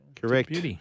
Correct